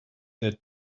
that